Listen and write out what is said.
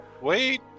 Wait